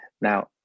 now